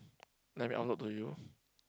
let me upload to you